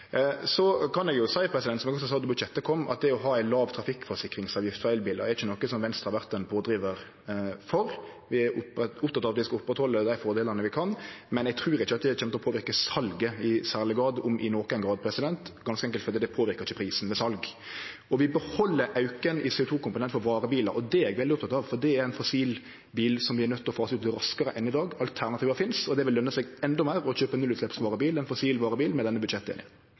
Så kan eg seie, som eg også sa då budsjettet kom, at det å ha ei lav trafikkforsikringsavgift for elbilar ikkje er noko Venstre har vore ein pådrivar for. Vi er opptekne av at vi skal oppretthalde dei fordelane vi kan, men eg trur ikkje at det kjem til å påverke salet i særleg grad, om i nokon grad, ganske enkelt fordi det ikkje påverkar prisen ved sal. Vi beheld auken i CO 2 -komponenten for varebilar, og det er eg veldig oppteken av, for det er fossilbilar vi er nøydde til å fase ut raskare enn i dag. Alternativa finst, og det vil løne seg endå meir å kjøpe nullutsleppsvarebil enn fossilvarebil med denne